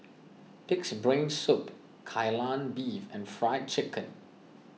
Pig's Brain Soup Kai Lan Beef and Fried Chicken